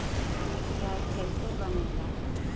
UPI कईसे बनेला?